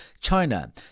China